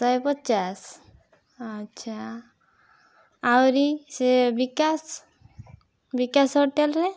ଶହେ ପଚାଶ ଆଚ୍ଛା ଆହୁରି ସେ ବିକାଶ ବିକାଶ ହୋଟେଲରେ